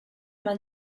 man